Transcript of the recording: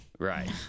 right